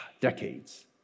decades